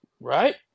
right